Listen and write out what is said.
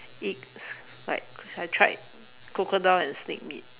eat like I tried crocodile and snake meat